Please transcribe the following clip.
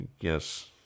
yes